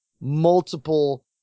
multiple